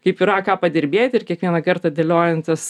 kaip yra ką padirbėti ir kiekvieną kartą dėliojantis